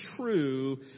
true